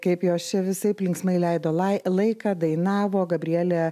kaip jos čia visaip linksmai leido lai laiką dainavo gabrielė